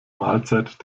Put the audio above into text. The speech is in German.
mahlzeit